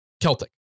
Celtic